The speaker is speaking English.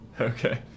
Okay